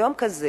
ביום כזה